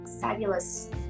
fabulous